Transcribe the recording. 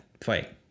fight